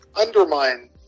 undermine